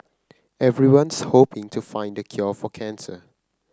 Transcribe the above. everyone's hoping to find the cure for cancer